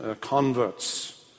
converts